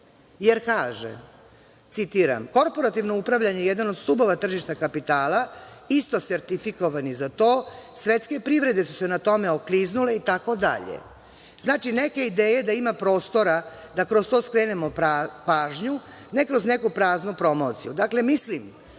jer kaže, citiram: „korporativno upravljanje je jedan od stubova tržišta kapitala, isto sertifikovani za to, svetske privrede su se na tome okliznule itd. Znači, neke ideje da ima prostora da kroz to skrenemo pažnju, ne kroz neku praznu promociju. Dakle, mislim